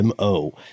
mo